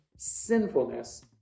sinfulness